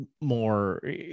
more